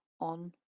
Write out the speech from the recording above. on